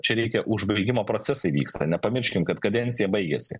čia reikia užbaigimo procesai vyksta nepamirškim kad kadencija baigiasi